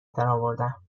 درآوردم